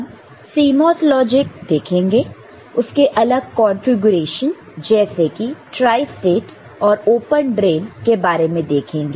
हम CMOS logic देखेंगे उसके अलग कॉन्फ़िगरेशन जैसे की ट्राइस्टेट और ओपन ड्रेन के बारे में देखेंगे